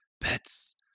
Pets